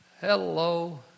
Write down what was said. hello